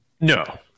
No